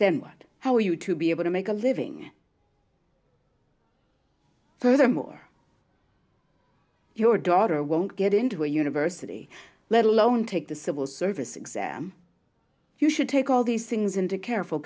then how are you to be able to make a living furthermore your daughter won't get into a university let alone take the civil service exam you should take all these things into careful